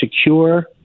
secure